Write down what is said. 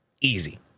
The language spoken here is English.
easy